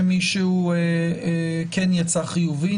שמישהו כן יצא חיובי?